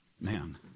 man